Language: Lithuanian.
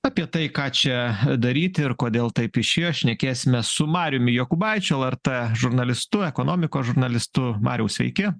apie tai ką čia daryti ir kodėl taip išėjo šnekėsime su mariumi jokūbaičiu lrt žurnalistu ekonomikos žurnalistu mariau sveiki